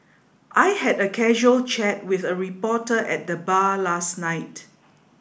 I had a casual chat with a reporter at the bar last night